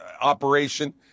operation